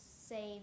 save